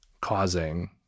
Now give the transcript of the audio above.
causing